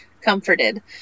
comforted